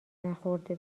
نخورده